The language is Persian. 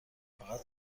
فقط